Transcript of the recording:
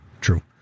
true